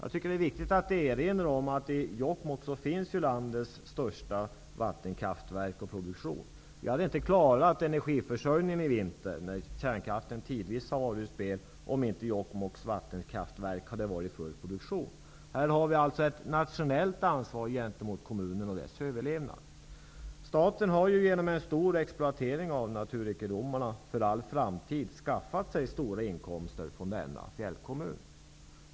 Det är viktigt att erinra om att i Jokkmokk finns landets största vattenkraftverk och produktion. Energiförsörjningen denna vinter hade inte klarats -- när kärnkraften tidvis har varit ur funktion -- om inte Jokkmokks vattenkraftverk hade varit i full produktion. Vi har här ett nationellt ansvar gentemot kommunen och dess överlevnad. Staten har genom en stor exploatering av naturrikedomarna för all framtid skaffat sig stora inkomster från denna fjällkommun.